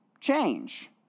change